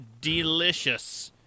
delicious